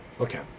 Okay